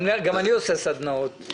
גם אני עושה סדנאות.